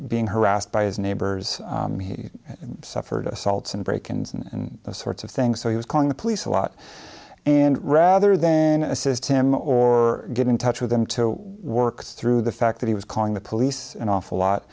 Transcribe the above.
being harassed by his neighbors he suffered assaults and break ins and the sorts of things so he was calling the police a lot and rather than assist him or get in touch with them to work through the fact that he was calling the police an awful